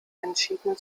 entschieden